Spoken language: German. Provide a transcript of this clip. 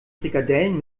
frikadellen